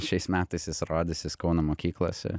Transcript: šiais metais jis rodysis kauno mokyklose